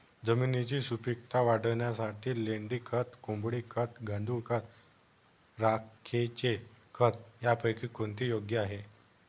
जमिनीची सुपिकता वाढवण्यासाठी लेंडी खत, कोंबडी खत, गांडूळ खत, राखेचे खत यापैकी कोणते योग्य आहे?